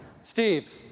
Steve